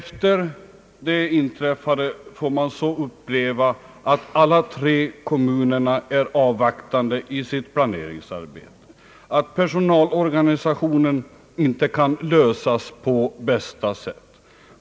Nu tvingas vi uppleva att alla tre kommunerna är avvaktande i sitt planeringsarbete och att personalorganisationen inte kan lösas på bästa sätt.